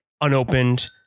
unopened